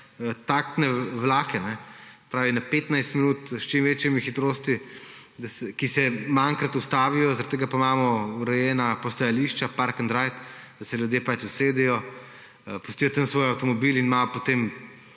taktne vlake, se pravi na 15 minut s čim večjimi hitrostmi in ki se manjkrat ustavijo. Zaradi tega imamo urejena postajališča »park and ride«, da se ljudje usedejo, pustijo tam svoj avtomobil in imajo potem